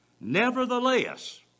Nevertheless